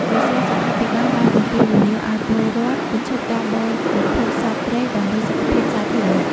ក្រសួងសុខាភិបាលបានអំពាវនាវឱ្យពលរដ្ឋបញ្ឈប់ការបរិភោគសត្វព្រៃដើម្បីសុខភាពសាធារណៈ។